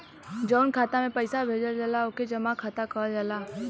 जउन खाता मे पइसा भेजल जाला ओके जमा खाता कहल जाला